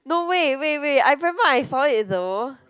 no wait wait wait I remember I saw it though